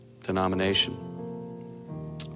denomination